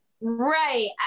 Right